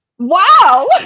wow